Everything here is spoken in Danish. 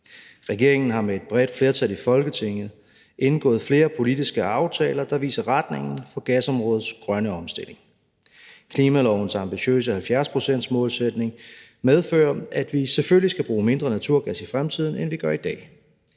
Regeringen har med et bredt flertal i Folketinget indgået flere politiske aftaler, der viser retningen for gasområdets grønne omstilling. Klimalovens ambitiøse 70-procentsmålsætning medfører, at vi selvfølgelig skal bruge mindre naturgas i fremtiden, end vi gør i dag.